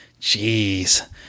Jeez